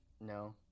No